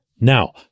Now